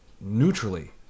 neutrally